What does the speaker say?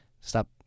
Stop